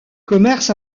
commerce